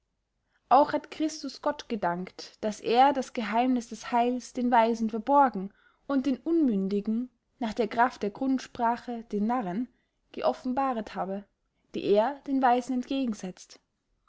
auch hat christus gott gedankt daß er das geheimniß des heils den weisen verborgen und den unmündigen nach der kraft der grundsprache den narren geoffenbaret habe die er den weisen